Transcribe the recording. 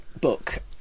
book